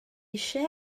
eisiau